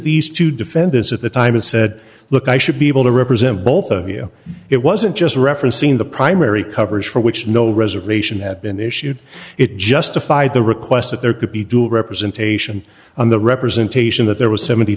these two defendants at the time it said look i should be able to represent both of you it wasn't just referencing the primary coverage for which no reservation had been issued it justified the request that there could be dual representation on the representation that there was seventy